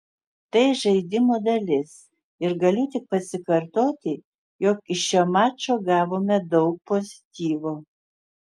tai žaidimo dalis ir galiu tik pasikartoti jog iš šio mačo gavome daug pozityvo